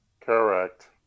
Correct